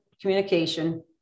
communication